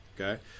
Okay